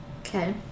Okay